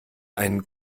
einen